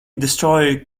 destroyer